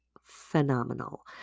phenomenal